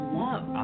love